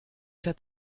seit